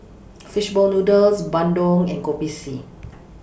Fish Ball Noodles Bandung and Kopi C